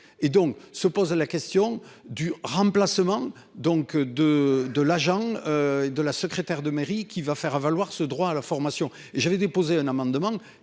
et donc se pose la question du remplacement donc de de l'agent. De la secrétaire de mairie qui va faire valoir ce droit à la formation. J'avais déposé un amendement